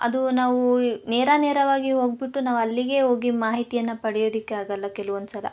ಅದು ನಾವೂ ನೇರ ನೇರವಾಗಿ ಹೋಗ್ಬಿಟ್ಟು ನಾವು ಅಲ್ಲಿಗೆ ಹೋಗಿ ಮಾಹಿತಿಯನ್ನು ಪಡೆಯೋದಕ್ಕೆ ಆಗೋಲ್ಲ ಕೆಲವೊಂದುಸಲ